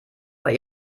bei